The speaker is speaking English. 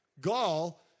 Gall